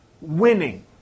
winning